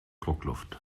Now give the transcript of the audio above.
druckluft